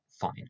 fine